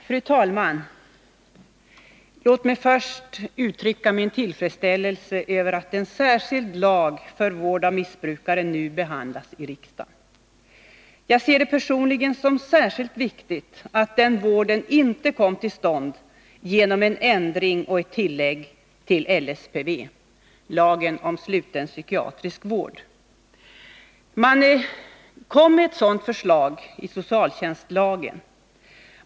Fru talman! Låt mig först uttrycka min tillfredsställelse över att en särskild lag för vård av missbrukare nu behandlas av riksdagen. Jag ser det personligen som särskilt viktigt att den vården inte kom till stånd genom en ändring av och ett tillägg till LSPV, lagen om sluten psykiatrisk vård. Ett sådant förslag kom i socialtjänstlagen.